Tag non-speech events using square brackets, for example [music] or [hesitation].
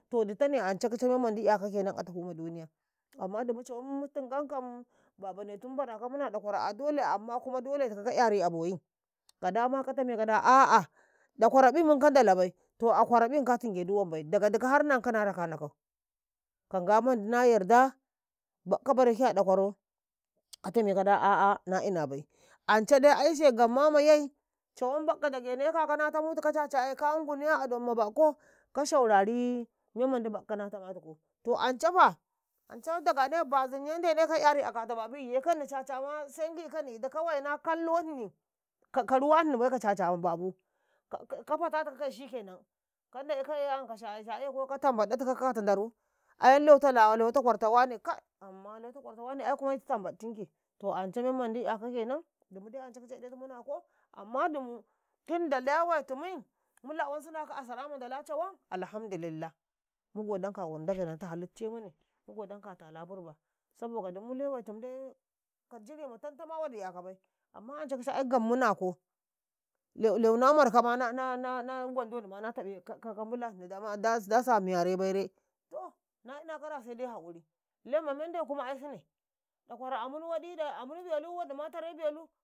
﻿to ditane ance kice mem mandi 'yakau kenan a tafu ma baimala amma duma cawan mu tungan kamm babanai tumu bara ka mune a ɗakwaro dolai kuma dolai tiko ka ka "yari a boyi ka tame da a'a ɗakwaƃi kadalabai kan ndalabai to akwarabi ka tingedi wambai daga dikau har nankau na rakanaku. ka ngamandi na yarde bai bakkau bareke aɗakwarau ka tame kada na inabai ance dai aise gam ma mayey cawan bakkau dageneka kau na tamutika cacaye ka ngune a don ma bakko ka kali memmandi bakka na tama tikau. Ancefa dagane bazinye ndenekaye sai 'yari akata babi ekanni cacama ssai ngi’ i kanni ido kawai babu ka fatatikakayeshikkenan ka ndayi ka eyi anka sina-sina ko ta tambatsa tikau ka kata ndaru, ayam lewita laz lewita kwarta wane kai [hesitation] lewita kwarto wane ai kum tambaɗtinki. To ance memba 'yaka kenan, dumu dai ancai ki cai memnbanti amma ancai tunda lewai tumui mu lawansunaka a sarata ndala cawan mu ɗuban sara tumu andage nanta ngiza mune, mu ɗiban sara a ba ngizamune. mu ɗiban sara tala burba domacin ku dumu dai lewaitumu a cata wadi 'yakabai. Amma ancai gammu nako lewi na na markama wando ni, na taƃe ka nbula hini da sa miyare bai re to na ina kara sai dai kanadi lemma mende kuma aisine, ɗakwaro amin waɗi amin belu waɗi ma tarai waɗi, tarai belu.